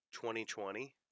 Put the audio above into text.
2020